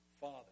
Father